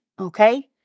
okay